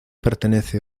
pertenece